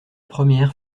première